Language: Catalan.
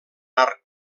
arc